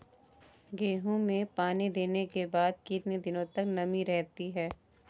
गेहूँ में पानी देने के बाद कितने दिनो तक नमी रहती है?